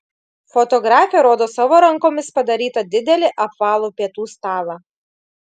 fotografė rodo savo rankomis padarytą didelį apvalų pietų stalą